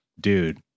dude